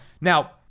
Now